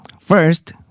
First